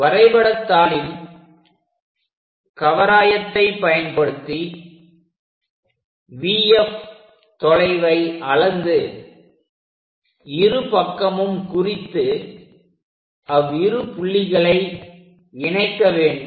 வரைபடத்தாளில் கவராயத்தை பயன்படுத்தி VFதொலைவை அளந்து இருபக்கமும் குறித்து அவ்விரு புள்ளிகளை இணைக்க வேண்டும்